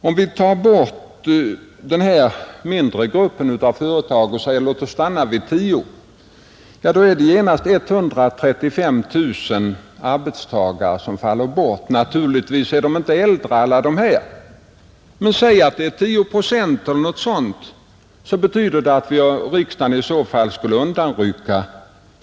Om vi undantar de mindre företagen och stannar vid företag med tio anställda blir det genast 135 000 arbetstillfällen som inte kan bli föremål för den tillsyn som lagen möjliggör.